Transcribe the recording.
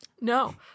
No